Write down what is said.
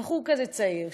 בחור כזה צעיר,